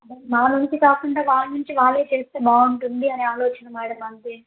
మా నుంచి కాకుండా వాళ్ళ నుంచి వాళ్ళ చేస్తే బాగుంటుంది అని ఆలోచన మేడమ్ అంతే